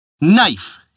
Knife